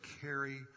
carry